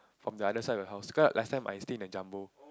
from the other side of the house cause last time I stay in a jumbo